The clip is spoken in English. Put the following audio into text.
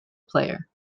player